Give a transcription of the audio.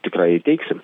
tikrai įteiksim